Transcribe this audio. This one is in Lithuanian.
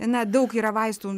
na daug yra vaistų